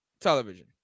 television